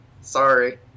Sorry